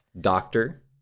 Doctor